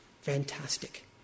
Fantastic